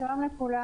שלום לכולם.